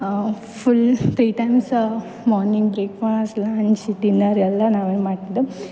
full three times morning breakfast lunch dinner ಎಲ್ಲ ನಾವೇ ಮಾಡ್ತಿದ್ದೊ